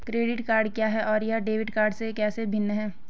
Credit card क्या है और यह डेबिट कार्ड से कैसे भिन्न है?